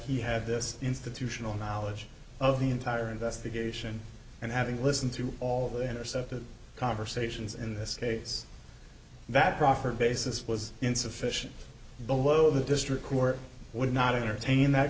he had this institutional knowledge of the entire investigation and having listened to all of the intercepted conversations in this case that proffer basis was insufficient below the district court would not entertain that